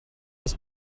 was